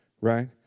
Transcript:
right